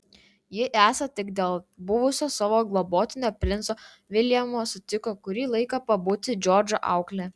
ji esą tik dėl buvusio savo globotinio princo viljamo sutiko kurį laiką pabūti džordžo aukle